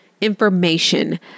information